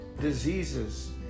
diseases